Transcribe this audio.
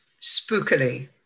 spookily